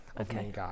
okay